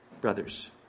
brothers